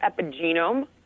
epigenome